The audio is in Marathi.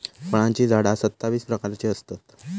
फळांची झाडा सत्तावीस प्रकारची असतत